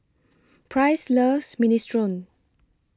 Price loves Minestrone